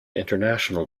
international